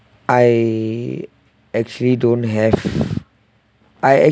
I actually don't have I